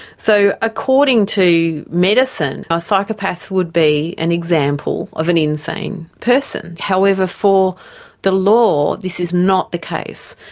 so according to medicine, a psychopath would be an example of an insane person however, for the law this is not the case.